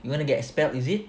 you wanna get expelled is it